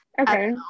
okay